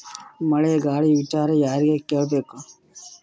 ಮಳೆ ಗಾಳಿ ವಿಚಾರ ಯಾರಿಗೆ ಕೇಳ್ ಬೇಕು?